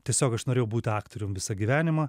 tiesiog aš norėjau būti aktorium visą gyvenimą